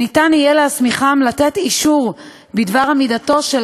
שניתן יהיה להסמיכם לתת אישור בדבר עמידתו של